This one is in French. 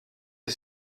est